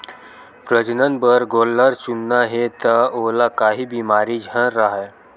प्रजनन बर गोल्लर चुनना हे त ओला काही बेमारी झन राहय